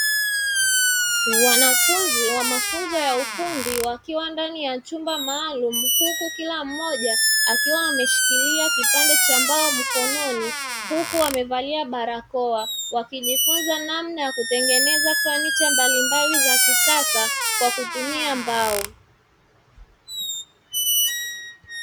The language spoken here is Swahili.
Wanafunzi wa mafunzo ya ufundi wakiwa ndani ya chumba maalumu, huku kila mmoja akiwa ameshikilia kipande cha mbao mkononi huku wamevalia barakoa, wakijifunza namna ya kutengeneza fanicha mbalimbali za kisasa kwa kutumia mbao.